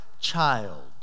child